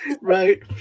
Right